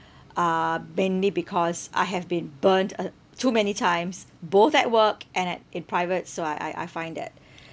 uh mainly because I have been burned uh too many times both at work and at in private so I I I find that